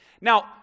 Now